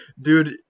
dude